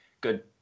good